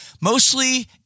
Mostly